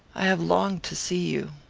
i have longed to see you.